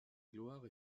gloire